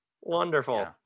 Wonderful